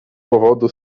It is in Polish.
powodu